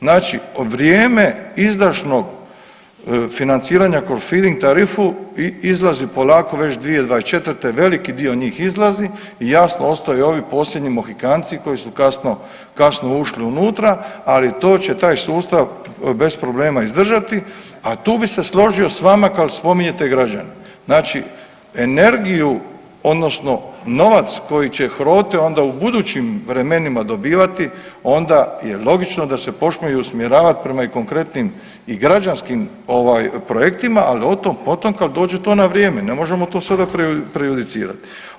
Znači, vrijeme izdašnog financiranja kroz filing tarifu izlazi polako već 2024. veliki dio njih izlazi i jasno ostaju ovi posljednji mohikanci koji su kasno ušli unutra, ali to će taj sustav bez problema izdržati a tu bi se složio s vama kao spominjete građane, znači energiju odnosno novac koji će Hrote onda u budućim vremenima dobivati onda je logično da se počne i usmjeravat prema i konkretnim i građanskim ovaj projektima, ali otom-potom kad dođe to na vrijeme, ne možemo to sada prejudicirat.